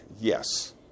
Yes